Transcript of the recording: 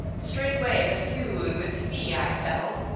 straightway the feud with fee i settled,